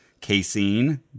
casein